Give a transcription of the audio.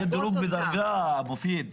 שיתנו דירוג ודרגה, מופיד.